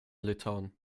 litauen